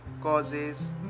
causes